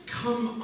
come